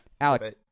Alex